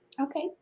Okay